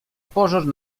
pożarł